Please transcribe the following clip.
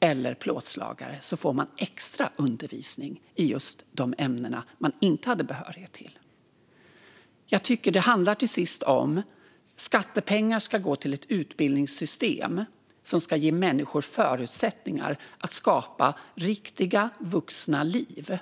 eller plåtslagare får extra undervisning i just de ämnen man inte hade behörighet i? Det handlar om att skattepengar ska gå till ett utbildningssystem som ger människor förutsättningar att skapa riktiga vuxna liv.